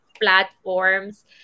platforms